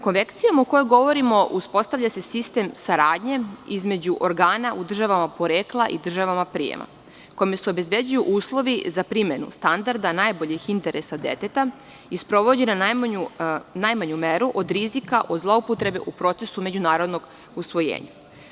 Konvencijom o kojoj govorimo uspostavlja se sistem saradnje između organa u državama porekla i državama prijema, kome se obezbeđuju uslovi za primenu standarda najboljih interesa deteta i sprovođenja na najmanju meru od rizika, od zloupotrebe u procesu međunarodnog usvojenja.